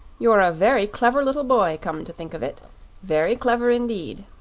you're a very clever little boy, come to think of it very clever indeed.